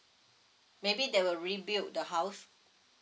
maybe they will rebuild the house